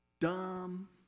dumb